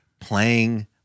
playing